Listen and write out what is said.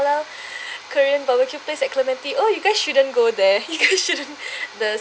halal korean barbeque place at clementi oh you guys shouldn't go there you guys shouldn't the